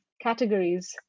categories